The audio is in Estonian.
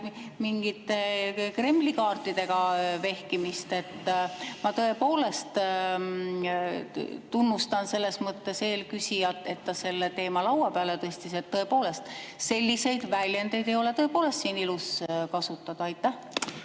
mingite Kremli-kaartidega vehkimist. Ma tõepoolest tunnustan selles mõttes eelküsijat, et ta selle teema laua peale tõstis. Tõepoolest, selliseid väljendeid ei ole siin ilus kasutada. Aitäh!